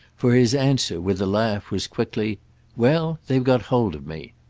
for his answer, with a laugh, was quickly well, they've got hold of me!